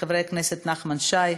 לחבר הכנסת נחמן שי,